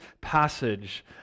passage